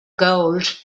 gold